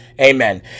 amen